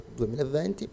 2020